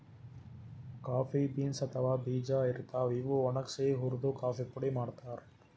coffee beans ಅಥವಾ ಬೀಜಾ ಇರ್ತಾವ್, ಇವ್ ಒಣಗ್ಸಿ ಹುರ್ದು ಕಾಫಿ ಪುಡಿ ಮಾಡ್ತಾರ್